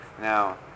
Now